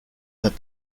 that